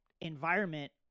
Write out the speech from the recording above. environment